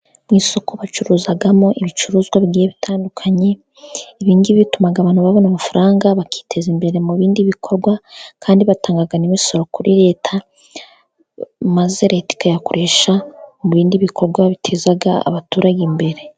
Mu isoko bacuruzamo ibicuruzwa bitandukanye, ibingibi bituma abantu babona amafaranga bakiteza imbere mu bindi bikorwa, kandi batanga imisoro kuri Reta maze Reta ikayakoresha mu bindi bikorwa bigiye bitezaga abaturage imbere.